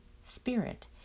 spirit